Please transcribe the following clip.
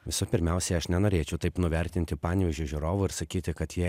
visų pirmiausiai aš nenorėčiau taip nuvertinti panevėžio žiūrovų ir sakyti kad jie